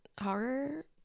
horror